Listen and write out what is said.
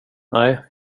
nej